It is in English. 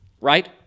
right